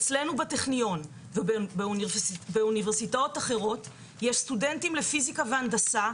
אצלנו בטכניון ובאוניברסיטאות אחרות יש סטודנטים לפיזיקה והנדסה,